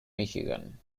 michigan